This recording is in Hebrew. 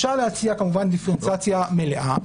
אפשר להציע כמובן דיפרנציאציה מלאה,